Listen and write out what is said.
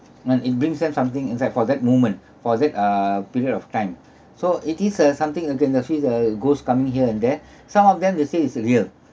when it brings them something inside for that moment for that uh period of time so it is a something okay see uh ghost coming here and there some of them they say it's real